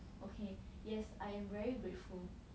okay yes I am very grateful